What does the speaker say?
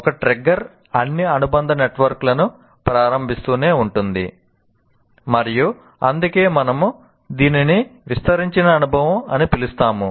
ఒక ట్రిగ్గర్ అన్ని అనుబంధ నెట్వర్క్ లను ప్రారంభిస్తూనే ఉంటుంది మరియు అందుకే మనము దీనిని విస్తరించిన అనుభవం అని పిలుస్తాము